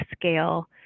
scale